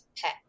pet